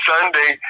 Sunday